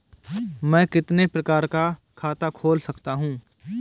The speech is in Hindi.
मैं कितने प्रकार का खाता खोल सकता हूँ?